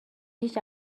هیچ